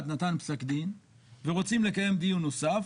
נתן פסק דין ורוצים לקיים דיון נוסף,